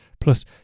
Plus